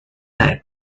time